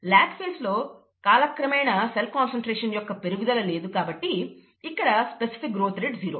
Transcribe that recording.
lag phase లో కాలక్రమేణా cell concentration యొక్క పెరుగుదల లేదు కాబట్టి ఇక్కడ స్పెసిఫిక్ గ్రోత్ రేట్ జీరో